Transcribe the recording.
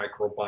microbiome